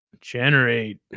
Generate